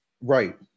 Right